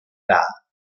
dar